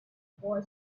boy